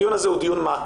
הדיון הזה הוא דיון מעקב,